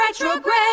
retrograde